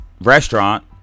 restaurant